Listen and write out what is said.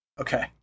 Okay